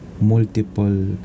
multiple